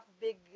big